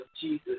Jesus